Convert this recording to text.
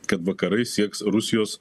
kad vakarai sieks rusijos